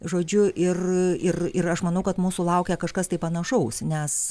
žodžiu ir ir ir aš manau kad mūsų laukia kažkas tai panašaus nes